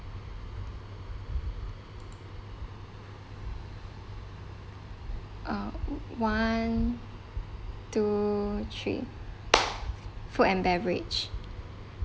uh one two three food and beverage